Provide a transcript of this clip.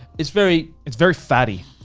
it's very, it's very fatty.